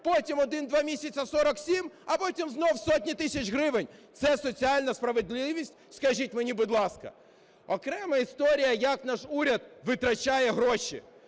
потім один-два місяці 47, а потім знову сотні тисяч гривень. Це соціальна справедливість, скажіть мені, будь ласка? Окрема історія – як наш уряд витрачає гроші.